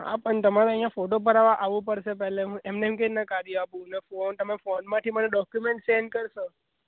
હા પણ તમારે અહીંયાં ફોટો પડાવવા આવવું પડશે પહેલાં એમ ને એમ કેવી રીતે કાઢી આપું ફોનમાંથી તમે મને ડોક્યુમેન્ટ સેન્ડ કરશો